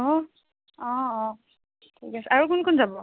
অ' অ' অ' ঠিক আছে আৰু কোন কোন যাব